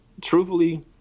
truthfully